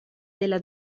della